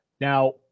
Now